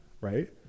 right